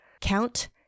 Count